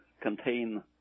contain